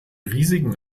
riesigen